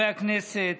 חברי הכנסת,